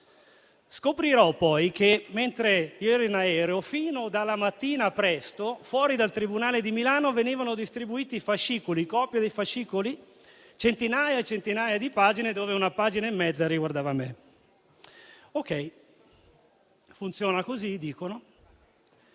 Scoprirò poi che, mentre ero in aereo, fin dalla mattina presto, fuori dal tribunale di Milano venivano distribuite copie dei fascicoli, centinaia e centinaia di pagine, nei quali c'era una pagina e mezzo che riguardava me. Funziona così, dicono.